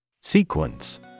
Sequence